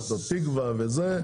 שוק התקווה וזה,